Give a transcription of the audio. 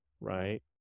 right